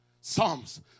Psalms